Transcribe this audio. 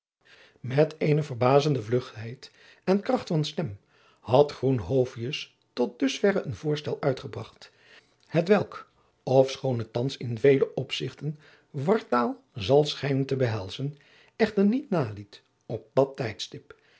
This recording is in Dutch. met eene verbazende vlugheid en kracht van stem had groenhovius tot dusverre een voorstel jacob van lennep de pleegzoon uitgebracht hetwelk ofschoon het thands in vele opzichten wartaal zal schijnen te behelzen echter niet naliet op dat tijdstip